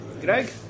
Greg